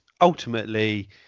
ultimately